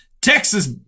Texas